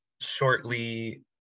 shortly